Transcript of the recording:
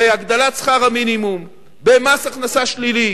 בהגדלת שכר המינימום, במס הכנסה שלילי,